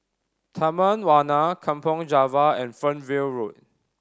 Taman Warna Kampong Java and Fernvale Road